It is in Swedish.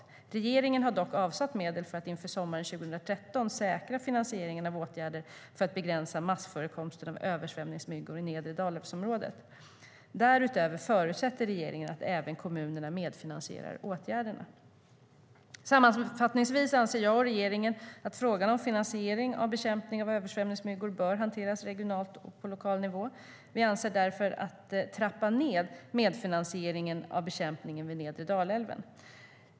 Regeringen har dock avsatt medel för att inför sommaren 2013 säkra finansieringen av åtgärder för att begränsa massförekomsten av översvämningsmyggor i Nedre Dalälvsområdet. - Därutöver förutsätter regeringen att även kommunerna medfinansierar åtgärderna. "Sammanfattningsvis anser jag och regeringen att frågan om finansiering av bekämpning av översvämningsmyggor bör hanteras på regional och lokal nivå. Vi avser därför att trappa ned medfinansieringen av bekämpningen vid nedre Dalälven.